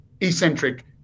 eccentric